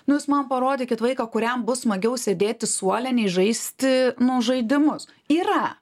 nu jūs man parodykit vaiką kuriam bus smagiau sėdėti suole nei žaisti nu žaidimus yra